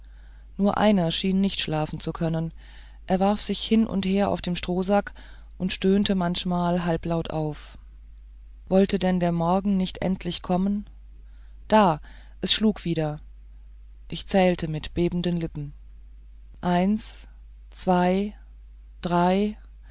nur einer schien nicht schlafen zu können er warf sich hin und her auf dem stroh und stöhnte manchmal halblaut auf wollte denn der morgen nicht endlich kommen da es schlug wieder ich zählte mit bebenden lippen eins zwei drei